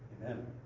Amen